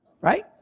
right